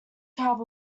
carve